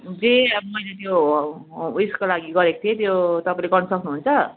जे मैले त्यो ऊ यसको लागि गरेको थिएँ त्यो गर्न सक्नु हुन्छ